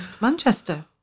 Manchester